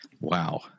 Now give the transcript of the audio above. Wow